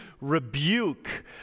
rebuke